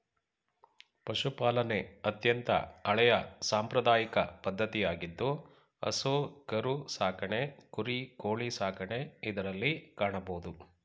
ಪಶುಪಾಲನೆ ಅತ್ಯಂತ ಹಳೆಯ ಸಾಂಪ್ರದಾಯಿಕ ಪದ್ಧತಿಯಾಗಿದ್ದು ಹಸು ಕರು ಸಾಕಣೆ ಕುರಿ, ಕೋಳಿ ಸಾಕಣೆ ಇದರಲ್ಲಿ ಕಾಣಬೋದು